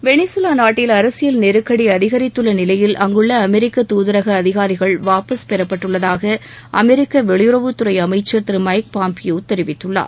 வெளிகவா நாட்டில் அரசியல் நெருக்கடி அதிகரித்துள்ள நிலையில் அங்குள்ள அமெரிக்க தூதரக அதிகாரிகள் வாபஸ் பெறப்பட்டுள்ளதாக அமெரிக்க வெளியுறவுத்துறை அமைச்சர் திரு மைக் பாம்பியோ தெரிவித்துள்ளார்